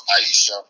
Aisha